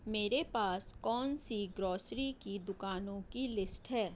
میرے پاس کون سی گروسری کی دکانوں کی لسٹ ہے